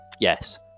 Yes